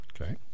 Okay